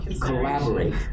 collaborate